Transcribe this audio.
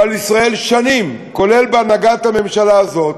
אבל ישראל, שנים, כולל בהנהגת הממשלה הזאת,